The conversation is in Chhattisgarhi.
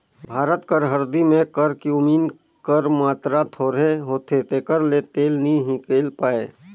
भारत कर हरदी में करक्यूमिन कर मातरा थोरहें होथे तेकर ले तेल नी हिंकेल पाए